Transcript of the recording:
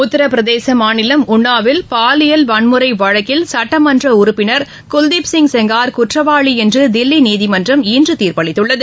உத்திரபிரதேச மாநிலம் உன்னாவில் பாலியல் வன்முறை வழக்கில் சட்டமன்ற உறுப்பினர் குல்திப் சிங் செங்கா் குற்றவாளி என்று தில்லி நீதிமன்றம் இன்று தீர்ப்பு அளித்துள்ளது